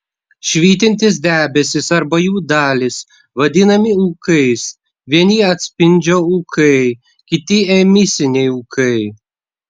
švytintys debesys arba jų dalys vadinami ūkais vieni atspindžio ūkai kiti emisiniai ūkai